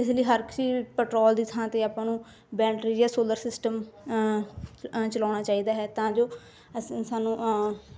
ਇਸ ਲਈ ਹਰ ਇੱਕ ਚੀਜ਼ ਪਟਰੋਲ ਦੀ ਥਾਂ 'ਤੇ ਆਪਾਂ ਨੂੰ ਬੈਂਟਰੀ ਜਾਂ ਸੋਲਰ ਸਿਸਟਮ ਚ ਚਲਾਉਣਾ ਚਾਹੀਦਾ ਹੈ ਤਾਂ ਜੋ ਅਸੀਂ ਸਾਨੂੰ